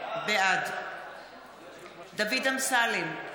בעד דוד אמסלם,